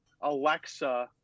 Alexa